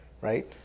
Right